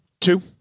Two